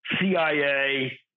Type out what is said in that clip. CIA